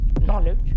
knowledge